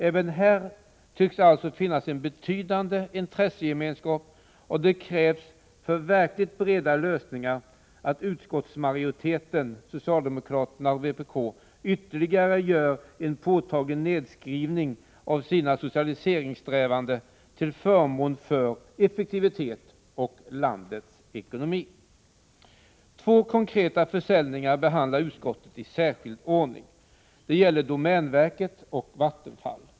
Även här tycks alltså finnas en betydande intressegemenskap, och vad som krävs för verkligt breda lösningar är att utskottsmajoriteten — socialdemokraterna och vpk — gör en påtaglig ytterligare nedskrivning av sina socialiseringssträvanden till förmån för effektivitet och landets ekonomi. Två konkreta försäljningar behandlar utskottet i särskild ordning. Det gäller domänverket och Vattenfall.